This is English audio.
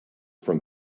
from